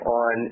on